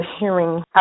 hearing